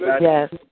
Yes